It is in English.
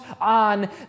on